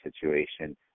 situation